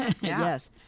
yes